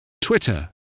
Twitter